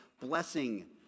blessing